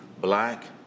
black